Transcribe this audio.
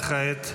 וכעת?